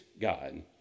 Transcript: God